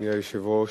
אדוני היושב-ראש,